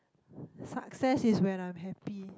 success is when I'm happy